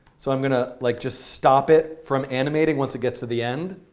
so i'm going to like just stop it from animating once it gets to the end.